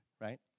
right